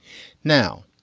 now,